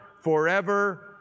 forever